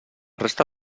resta